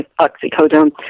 oxycodone